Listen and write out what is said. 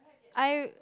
I